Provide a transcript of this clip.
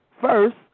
first